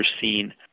seen